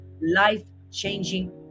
life-changing